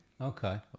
okay